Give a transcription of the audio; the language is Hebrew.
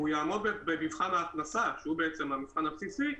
והוא יעמוד במבחן ההכנסה שהוא בעצם המבחן הבסיסי,